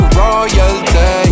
royalty